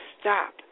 stop